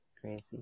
crazy